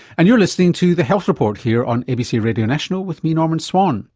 and you're listening to the health report here on abc radio national with me norman swan.